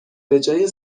بجای